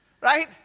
right